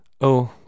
Oh